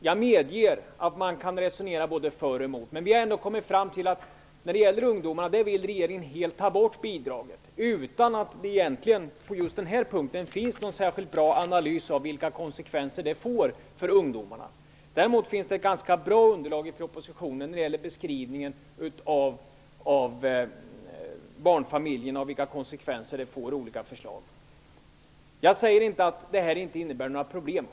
Jag medger att man kan resonera både för och emot, men när det gäller ungdomarna vill regeringen helt ta bort bidragen utan att det egentligen finns någon särskilt bra analys av vilka konsekvenser det får för ungdomarna. Däremot finns det ett ganska bra underlag i propositionen när det gäller beskrivningen av de konsekvenser som olika förslag får för barnfamiljerna. Jag säger inte att detta inte innebär några problem.